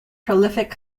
prolific